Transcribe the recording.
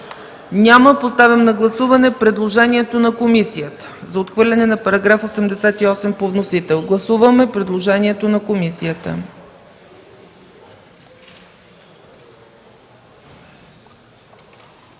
Няма. Поставям на гласуване предложението на комисията за отхвърляне на § 88 по вносител. Гласуваме предложението на комисията.